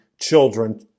children